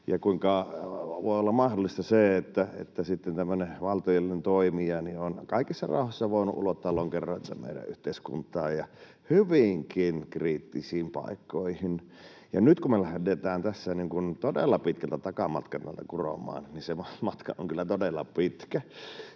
ja kuinka voi olla mahdollista se, että tämmöinen valtiollinen toimija on kaikessa rauhassa voinut ulottaa lonkeronsa meidän yhteiskuntaan ja hyvinkin kriittisiin paikkoihin. Nyt kun me lähdetään tässä todella pitkältä takamatkalta tätä kuromaan, niin se matka on kyllä todella pitkä.